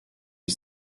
für